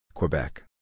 Quebec